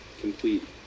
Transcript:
complete